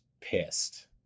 pissed